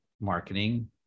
marketing